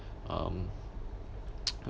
um